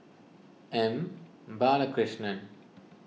M Balakrishnan